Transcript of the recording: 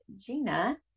Gina